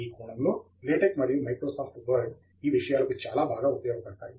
ఈ కోణంలో లేటెక్ మరియు మైక్రోసాఫ్ట్ వర్డ్ ఈ విషయాలకు చాలా బాగా ఉపయోగపడతాయి